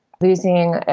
losing